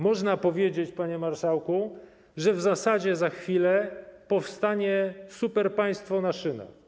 Można powiedzieć, panie marszałku, że w zasadzie za chwilę powstanie superpaństwo na szynach.